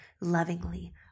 lovingly